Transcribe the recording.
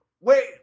Wait